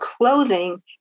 clothing